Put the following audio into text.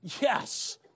Yes